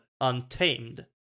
Untamed